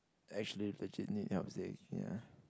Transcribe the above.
actually legit need help leh ya